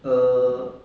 err